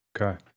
Okay